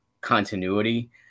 continuity